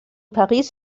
paris